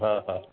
हा हा